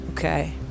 Okay